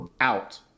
out